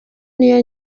niyo